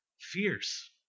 fierce